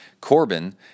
corbin